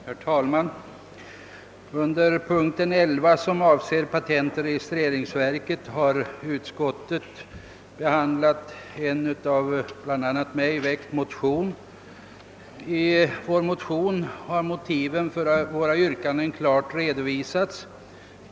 Herr talman! Under punkt 11, som avser patentoch registreringsverket, behandlar utskottet en av bl.a. mig väckt motion. I motionen har motiven för våra yrkanden klart redovisats.